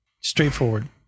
Straightforward